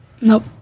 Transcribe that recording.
Nope